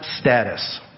status